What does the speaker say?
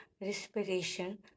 respiration